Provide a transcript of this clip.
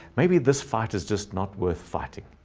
maybe this fight is just not worth fighting.